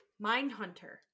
Mindhunter